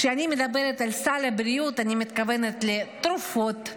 כשאני מדברת על סל הבריאות, אני מתכוונת לתרופות,